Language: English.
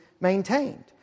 maintained